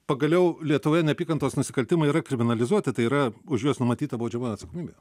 pagaliau lietuvoje neapykantos nusikaltimai yra kriminalizuoti tai yra už juos numatyta baudžiamoji atsakomybė